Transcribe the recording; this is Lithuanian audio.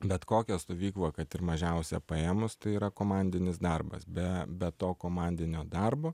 bet kokią stovyklą kad ir mažiausią paėmus tai yra komandinis darbas be be to komandinio darbo